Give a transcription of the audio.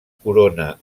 corona